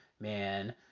man